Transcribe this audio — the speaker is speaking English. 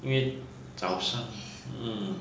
因为早上